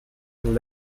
and